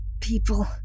people